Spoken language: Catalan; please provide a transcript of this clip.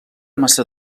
maça